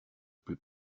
plus